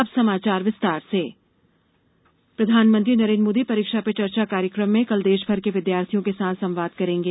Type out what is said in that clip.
अब समाचार विस्तार से परीक्षा चर्चा प्रधानमंत्री नरेन्द्र मोदी परीक्षा पे चर्चा कार्यकम में कल देशभर के विद्यार्थियों के साथ संवाद करेंगे